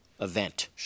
event